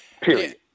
Period